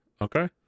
Okay